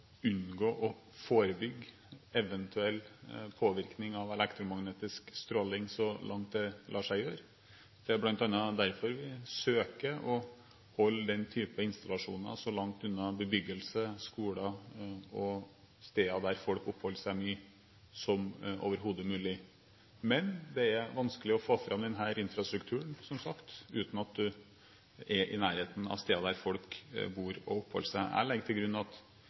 unngå og forebygge eventuell påvirkning av elektromagnetisk stråling så langt det lar seg gjøre. Det er bl.a. derfor vi søker å holde den typen installasjoner så langt unna bebyggelse, skole og steder der folk oppholder seg mye, som overhodet mulig. Men det er vanskelig å få fram denne infrastrukturen, som sagt, uten at man er i nærheten av steder der folk bor og oppholder seg. Jeg legger til grunn at